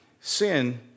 sin